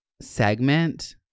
segment